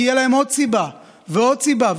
כי תהיה להם עוד סיבה ועוד סיבה,